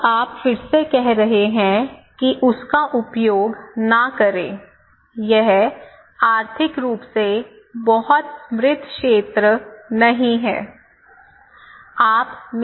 अब आप फिर से कह रहे हैं कि उस का उपयोग न करें यह आर्थिक रूप से बहुत समृद्ध क्षेत्र नहीं है